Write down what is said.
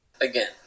again